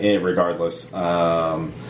Regardless